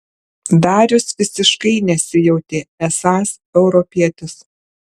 darius visiškai nesijautė esąs europietis